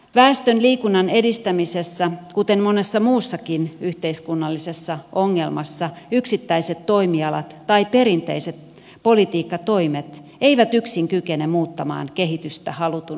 väestön liikunnan edistämisessä kuten monessa muussakin yhteiskunnallisessa ongelmassa yksittäiset toimialat tai perinteiset politiikkatoimet eivät yksin kykene muuttamaan kehitystä halutun suuntaiseksi